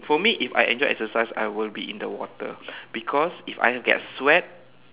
for me if I enjoy exercise I will be in the water because if I get sweat